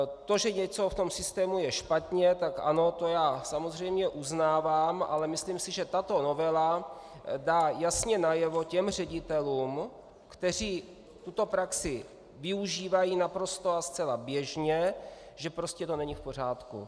To, že něco v tom systému je špatně, tak ano, to já samozřejmě uznávám, ale myslím si, že tato novela dá jasně najevo těm ředitelům, kteří tuto praxi využívají naprosto a zcela běžně, že prostě to není v pořádku.